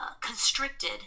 constricted